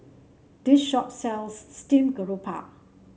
this shop sells Steamed Garoupa